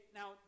now